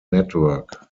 network